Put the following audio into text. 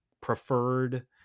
preferred